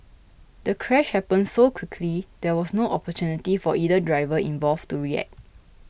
the crash happened so quickly there was no opportunity for either driver involved to react